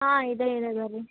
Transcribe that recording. ಹಾಂ ಇದೆ ಇದೆ ಬರ್ರಿ